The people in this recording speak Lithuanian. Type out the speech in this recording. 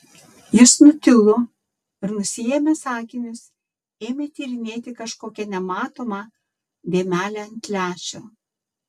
jis nutilo ir nusiėmęs akinius ėmė tyrinėti kažkokią nematomą dėmelę ant lęšio